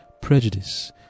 Prejudice